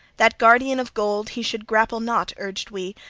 that guardian of gold he should grapple not, urged we,